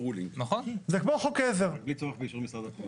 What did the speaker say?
רק בלי צורך באישור משרד הפנים.